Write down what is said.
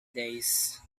days